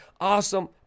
Awesome